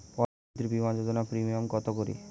প্রধানমন্ত্রী বিমা যোজনা প্রিমিয়াম কত করে?